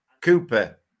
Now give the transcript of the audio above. cooper